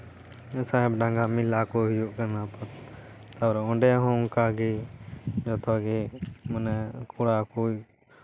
ᱥᱟᱦᱮᱵᱽᱰᱟᱸᱜᱟ ᱢᱮᱞᱟ ᱠᱚ ᱦᱩᱭᱩᱜ ᱠᱟᱱᱟ ᱯᱟᱛᱟ ᱟᱨ ᱚᱸᱰᱮ ᱦᱚᱸ ᱚᱝᱠᱟ ᱜᱮ ᱡᱚᱛᱚ ᱜᱮ ᱢᱟᱱᱮ ᱠᱚᱲᱟ ᱠᱩᱲᱤ